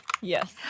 Yes